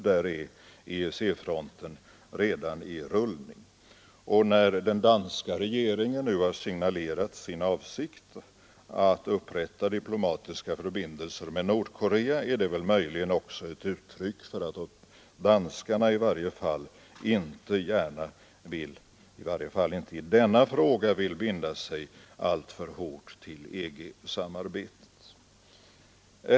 Där är EEC-fronten i rullning. När den danska regeringen nu signalerat sin avsikt att upprätta diplomatiska förbindelser med Nordkorea, är det väl möjligen också ett uttryck för att danskarna inte gärna — i varje fall inte i denna fråga — vill binda sig alltför hårt till EG-samarbetet.